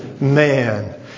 man